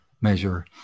measure